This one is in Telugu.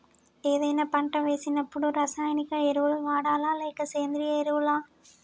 ఏదైనా పంట వేసినప్పుడు రసాయనిక ఎరువులు వాడాలా? లేక సేంద్రీయ ఎరవులా?